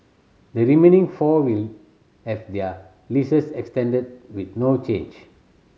the remaining four will have their leases extended with no change